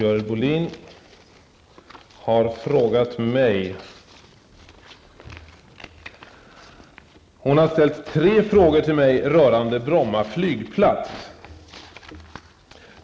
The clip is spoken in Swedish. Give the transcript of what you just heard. Fru talman! Görel Bohlin har ställt tre frågor till mig rörande Bromma flygplats.